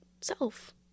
self